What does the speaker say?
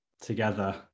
together